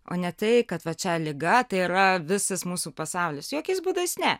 o ne tai kad va čia liga tai yra visas mūsų pasaulis jokiais būdais ne